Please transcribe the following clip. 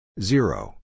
zero